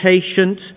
patient